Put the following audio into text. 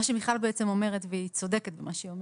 מה שמיכל אומרת, והיא צודקת במה שהיא אומרת,